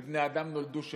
ובני אדם נולדו שווים,